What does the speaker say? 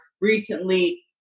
recently